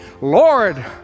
Lord